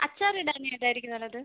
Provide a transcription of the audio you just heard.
അച്ചാറിടാൻ ഏതായിരിക്കും നല്ലത്